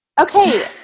Okay